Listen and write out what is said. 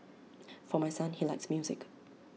for my son he likes music